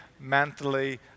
mentally